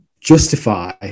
justify